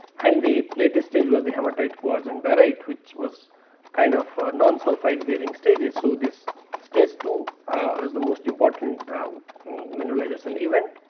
and the latest stage was the hematite quartz and barite which was kind of a non-sulphide bearing stages. so, this stage two ah is the most important ah mineralization event.